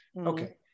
Okay